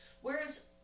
Whereas